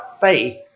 faith